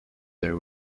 their